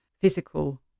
physical